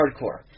hardcore